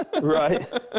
right